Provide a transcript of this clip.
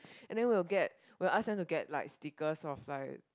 and then we will get we will ask them to get like stickers of like